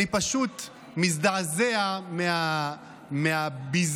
אני פשוט מזדעזע מהביזוי,